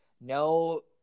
No